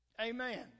Amen